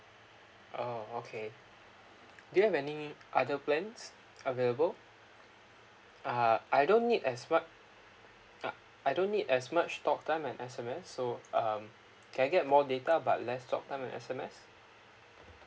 oh okay do you have any other plans available uh I don't need as what uh I don't need as much talk time and S_M_S so um can I get more data but less talk time and S_M_S